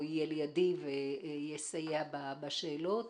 או יהיה ליידי ויסייע בשאלות.